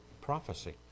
prophecy